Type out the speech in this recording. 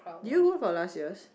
do you go for last year's